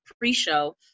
pre-show